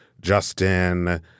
Justin –